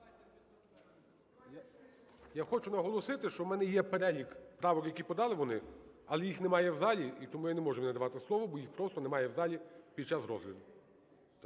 Я хочу наголосити, що у мене є перелік правок, які подали вони, але їх немає в залі, і тому я не можу їм надавати слово, бо їх просто немає в залі під час розгляду.